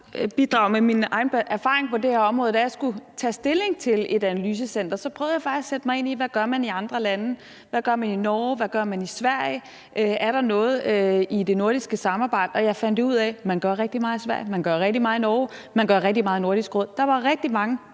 bare bidrage med min egen erfaring på det her område. Da jeg skulle tage stilling til et analysecenter, prøvede jeg faktisk at sætte mig ind i, hvad man gør i andre lande, altså hvad gør man i Norge, hvad gør man i Sverige, er der noget i det nordiske samarbejde? Og jeg fandt jo ud af, at man gør rigtig meget i Sverige, man gør rigtig meget i Norge, og man gør rigtig meget i Nordisk Råd. Der var rigtig mange